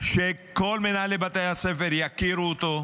שכל מנהלי בתי הספר יכירו אותו,